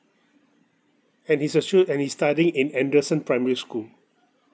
and he is a student and he's studying in anderson primary school